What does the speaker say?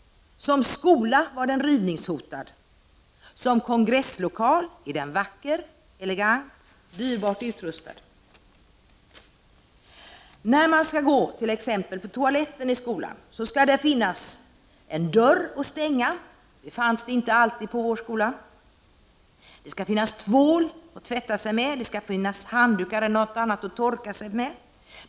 Som skola var den rivningshotad. Som kongresslokal är den vacker, elegant, och dyrbart utrustad. När man t.ex. skall gå på toaletten i skolan skall där finnas en dörr att stänga. Det fanns det inte alltid i min skola. Det skall finnas tvål, så att man kan tvätta sig, och det skall finnas handdukar eller något annat att torka sig med.